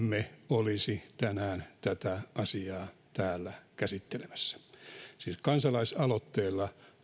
olisi tänään tätä asiaa täällä käsittelemässä siis kansalaisaloitteella